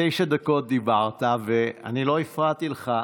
תשע דקות דיברת ואני לא הפרעתי לך.